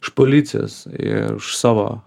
iš policijos ir už savo